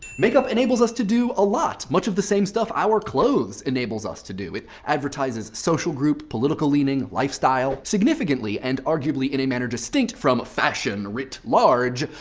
makeup enables us to do a lot, much of the same stuff our clothes enables us to do. it advertises social group, political leaning, lifestyle. significantly, and arguably in a manner distinct from fashion writ large,